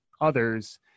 others